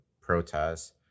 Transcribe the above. protests